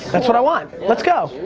that's what i want. let's go.